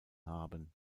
haben